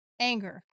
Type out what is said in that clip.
anger